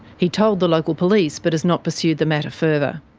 he told the local police but has not pursued the matter further.